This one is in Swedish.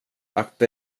akta